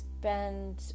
spend